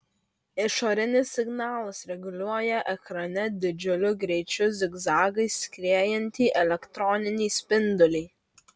išorinis signalas reguliuoja ekrane didžiuliu greičiu zigzagais skriejantį elektroninį spindulį